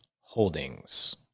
Holdings